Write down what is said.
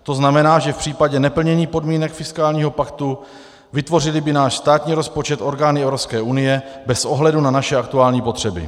To znamená, že v případě neplnění podmínek fiskálního paktu vytvořily by náš státní rozpočet orgány Evropské unie bez ohledu na naše aktuální potřeby.